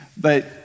But-